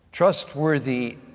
trustworthy